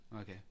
Okay